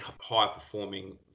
high-performing